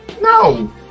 No